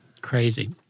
Crazy